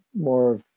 more